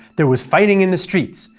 there was fighting in the streets,